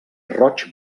roig